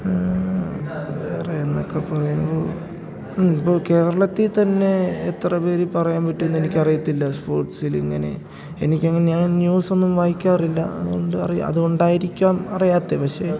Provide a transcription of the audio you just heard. വേറെ എന്നൊക്കെ പറയുമ്പോൾ ഇപ്പോൾ കേരളത്തിൽ തന്നെ എത്ര പേര് പറയാൻ പറ്റുമെന്ന് എനിക്കറിയത്തില്ല സ്പോർട്സിൽ ഇങ്ങനെ എനിക്കങ്ങനെ ഞാൻ ന്യൂസൊന്നും വായിക്കാറില്ല അതുകൊണ്ട് അതുകൊണ്ടായിരിക്കാം അറിയാത്തത് പക്ഷേ